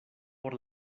por